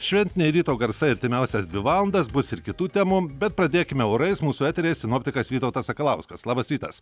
šventiniai ryto garsai artimiausias dvi valandas bus ir kitų temų bet pradėkime orais mūsų eteryje sinoptikas vytautas sakalauskas labas rytas